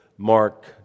Mark